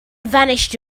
vanished